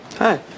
Hi